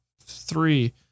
three